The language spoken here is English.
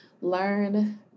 learn